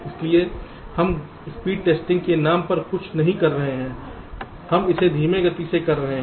इसलिए हम गति टेस्टिंग के नाम पर कुछ नहीं कर रहे हैं हम इसे धीमी गति से कर रहे हैं